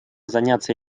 заняться